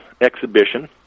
exhibition